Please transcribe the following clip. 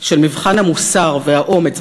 של מבחן המוסר והאומץ,